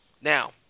Now